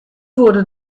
wurde